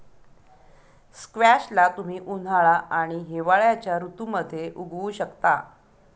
squash ला तुम्ही उन्हाळा आणि हिवाळ्याच्या ऋतूमध्ये उगवु शकता